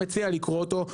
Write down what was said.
מציע לקרוא אותו בחום רב.